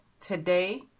Today